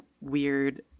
weird